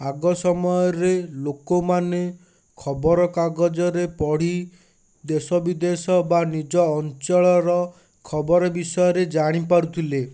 ଆଗ ସମୟରେ ଲୋକମାନେ ଖବର କାଗଜରେ ପଢ଼ି ଦେଶ ବିଦେଶ ବା ନିଜ ଅଞ୍ଚଳର ଖବର ବିଷୟରେ ଜାଣିପାରୁଥିଲେ